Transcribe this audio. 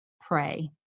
pray